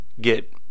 get